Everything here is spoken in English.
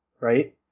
right